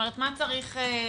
מה צריך לפתור?